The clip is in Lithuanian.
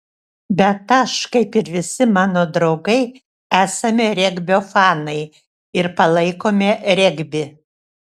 bet aš kaip ir visi mano draugai esame regbio fanai ir palaikome regbį